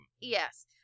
Yes